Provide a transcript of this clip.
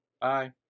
Bye